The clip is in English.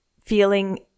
feeling